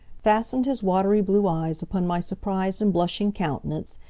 fastened his watery blue eyes upon my surprised and blushing countenance,